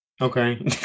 okay